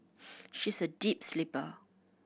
she is a deep sleeper